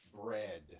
bread